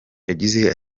yagize